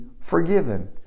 forgiven